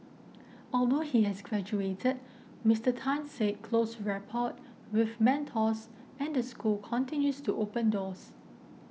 although he has graduated Mister Tan said close rapport with mentors and the school continues to open doors